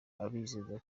abizeza